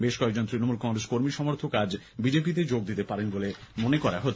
বেশ কয়েকজন তৃণমূল কংগ্রেস কর্মীসমর্থক আজ বিজেপি তে যোগ দিতে পারেন বলে মনে করা হচ্ছে